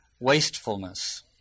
wastefulness